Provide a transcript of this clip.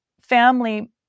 family